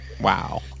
Wow